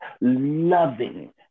loving